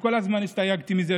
וכל הזמן הסתייגתי מזה,